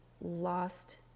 lost